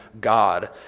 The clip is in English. God